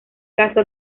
caso